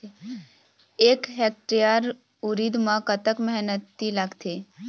एक हेक्टेयर उरीद म कतक मेहनती लागथे?